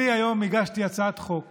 היום הגשתי הצעת חוק